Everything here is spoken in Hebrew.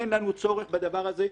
אין לנו צורך בדבר הזה,